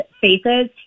faces